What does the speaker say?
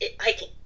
hiking